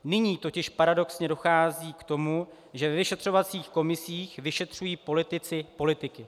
Nyní totiž paradoxně dochází k tomu, že ve vyšetřovacích komisích vyšetřují politici politiky.